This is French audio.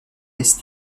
est